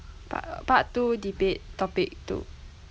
part uh part two debate topic two